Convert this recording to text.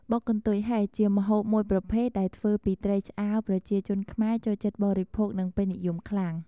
បុកកន្ទុយហេះជាម្ហូបមួយប្រភេទដែលធ្វើពីត្រីឆ្អើរប្រជាជនខ្មែរចូលចិត្តបរិភោគនិងពេញនិយមខ្លាំង។